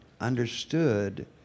understood